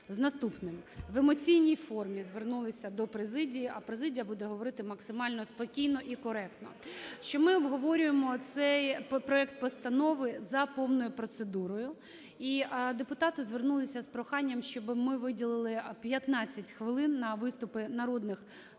В емоційній формі звернулися до президії, а президія буде говорити максимально спокійно і коректно, що ми обговорюємо цей проект постанови за повною процедурою, і депутати звернулися з проханням, щоб ми виділили 15 хвилин на виступи народних депутатів